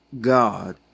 God